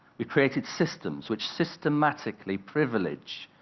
we've created systems, which systematically privilege,